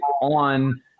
on